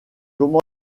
comment